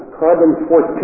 carbon-14